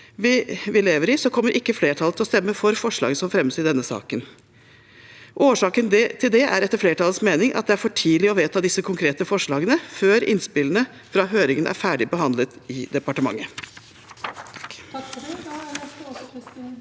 vi lever i, kommer ikke flertallet til å stemme for forslagene som fremmes i denne saken. Årsaken til det er etter flertallets mening at det er for tidlig å vedta disse konkrete forslagene før innspillene fra høringen er ferdig behandlet i departementet.